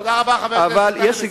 תודה רבה, חבר הכנסת